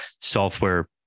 software